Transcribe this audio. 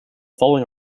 following